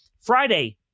friday